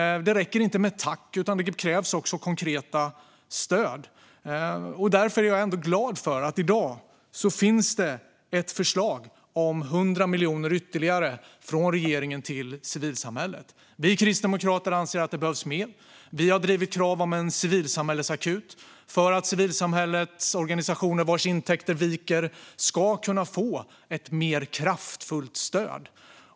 Det räcker inte med tack, utan det krävs också konkreta stöd. Därför är jag glad att det i dag finns ett förslag om 100 miljoner ytterligare från regeringen till civilsamhället. Vi kristdemokrater anser att det behövs mer. Vi har drivit krav om en civilsamhällesakut för att civilsamhällets organisationer vars intäkter viker ska kunna få ett mer kraftfullt stöd.